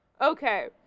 okay